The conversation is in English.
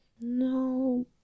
No